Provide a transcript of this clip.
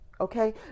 Okay